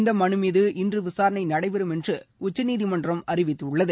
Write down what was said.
இந்த மலு மீது இன்று விசாரணை நடைபெறும் என்று உச்சநீதிமன்றம் அறிவித்துள்ளது